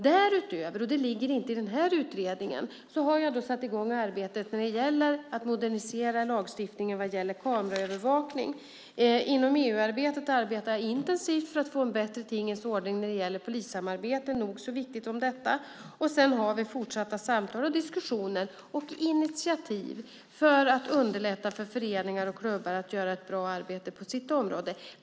Därutöver - detta ligger inte i den här utredningen - har jag satt i gång arbetet med att modernisera lagstiftningen om kameraövervakning. Inom EU-arbetet arbetar jag intensivt för att få en bättre tingens ordning när det gäller polissamarbete - nog så viktigt - kring detta. Vidare har vi fortsatta samtal och diskussioner och också initiativ för att underlätta för föreningar och klubbar att göra ett bra arbete på sitt område.